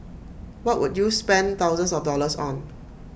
what would you spend thousands of dollars on